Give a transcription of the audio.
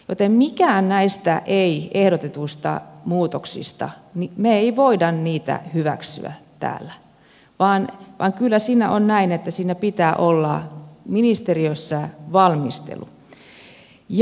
joten mitään näistä ehdotetuista muutoksista me emme voi hyväksyä täällä vaan kyllä se on näin että siinä pitää olla ministeriössä valmistelu